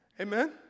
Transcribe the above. Amen